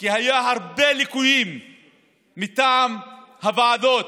כי היו הרבה ליקויים מטעם הוועדות